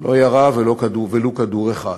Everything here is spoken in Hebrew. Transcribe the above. לא ירה ולו כדור אחד.